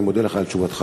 אני מודה לך על תשובתך.